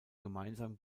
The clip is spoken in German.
gemeinsam